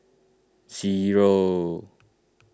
zero